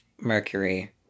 Mercury